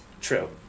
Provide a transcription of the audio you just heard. True